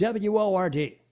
WORD